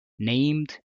named